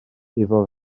iddo